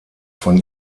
von